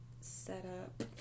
setup